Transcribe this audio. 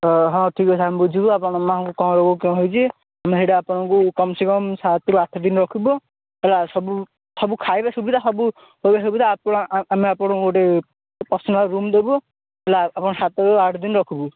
ହଁ ହଁ ଠିକ ଅଛି ଆମେ ବୁଝିବୁ ଆପଣଙ୍କ ମାଆ କୁ କି ରୋଗ କଣ ହେଇଚି ଆମେ ସେଇଟା ଆପଣଙ୍କୁ କମସେ କମ ସାତରୁ ଆଠ ଦିନ ରଖିବୁ ହେଲା ସବୁ ସବୁ ଖାଇବା ସୁବିଧା ସବୁ ସବୁ ସୁବିଧା ଆପ ଆମେ ଆପଣଙ୍କୁ ଗୋଟେ ପାର୍ସୀନାଲ ରୁମ ଦବୁ ହେଲା ଆପଣଙ୍କୁ ସାତରୁ ଆଠ ଦିନ ରଖିବୁ